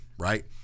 Right